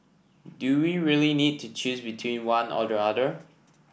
do we really need to choose between one or the other